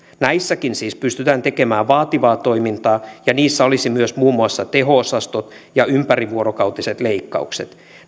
näissäkin siis pystytään tekemään vaativaa toimintaa ja niissä olisi myös muun muassa teho osasto ja ympärivuorokautiset leikkaukset